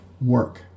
work